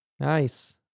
Nice